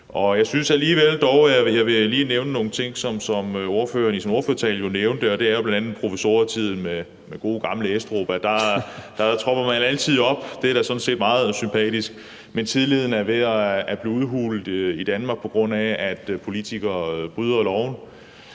Jeg synes dog alligevel, at jeg lige vil nævne nogle ting, som ordføreren i sin ordførertale jo nævnte, og det er bl.a. provisorietiden med gode, gamle Estrup. Der tropper man altid op. Det er da sådan set meget sympatisk. Men tilliden er ved at blive udhulet i Danmark, på grund af at politikere bryder loven;